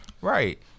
Right